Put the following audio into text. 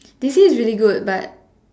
they say it's really good but